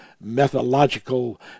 methodological